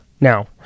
Now